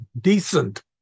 decent